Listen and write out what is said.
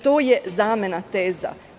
To je zamena teza.